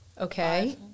Okay